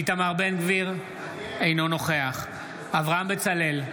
אינו נוכח אברהם בצלאל,